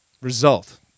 result